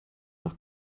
nach